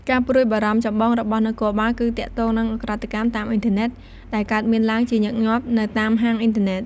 ការព្រួយបារម្ភចម្បងរបស់នគរបាលគឺទាក់ទងនឹង ឧក្រិដ្ឋកម្មតាមអ៊ីនធឺណិត ដែលកើតមានឡើង ជាញឹកញាប់ នៅតាម ហាងអ៊ីនធឺណិត។